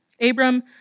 Abram